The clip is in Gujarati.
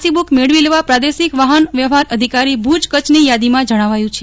સી મેળવી લેવા પ્રાદેશિક વાફન વ્યવફાર અધિકારી ભુજ કચ્છની યાદીમાં જણાવ્યું છે